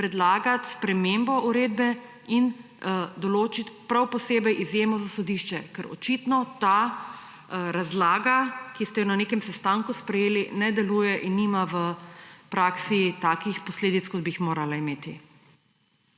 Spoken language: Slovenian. predlagati spremembo uredbe in določiti prav posebej izjemo za sodišča? Očitno ta razlaga, ki ste jo na nekem sestanku sprejeli, ne deluje in nima v praksi takih posledic, kot bi jih morala imeti.